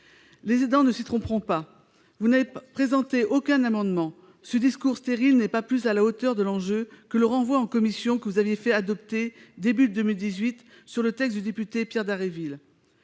Les aidants ne s'y tromperont pas. Vous n'avez présenté aucun amendement. Ce discours stérile n'est pas plus à la hauteur de l'enjeu que le renvoi en commission que vous aviez fait adopter au début de l'année 2018 sur le texte du député Pierre Dharréville.